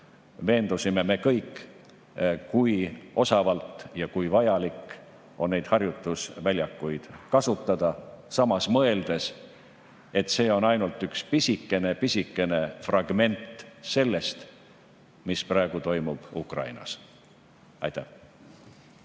veendusime me kõik, kui vajalik on neid harjutusväljakuid kasutada, samas [saades aru], et see on ainult üks pisikene-pisikene fragment sellest, mis praegu toimub Ukrainas. Aitäh!